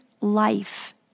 life